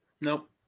Nope